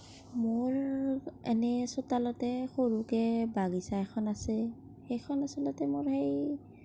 মোৰ এনে চোতালতে সৰুকে বাগিছা এখন আছে সেইখন আচলতে মোৰ সেই